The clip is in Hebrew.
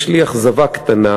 יש לי אכזבה קטנה,